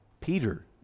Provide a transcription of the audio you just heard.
Peter